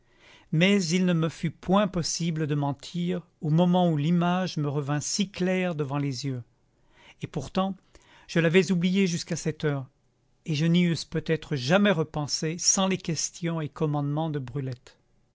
mais il ne me fut point possible de mentir au moment où l'image me revint si claire devant les yeux et pourtant je l'avais oubliée jusqu'à cette heure et je n'y eusse peut-être jamais repensé sans les questions et commandements de